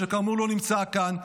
שכאמור לא נמצא כאן,